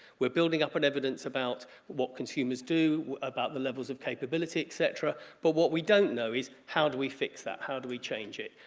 we're building up an evidence about what consumers do, about the levels of capabilities etc but what we don't know is how do we fix that, how do we change it?